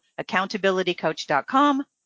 accountabilitycoach.com